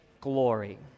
glory